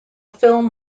film